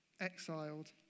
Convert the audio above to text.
exiled